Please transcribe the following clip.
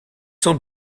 sont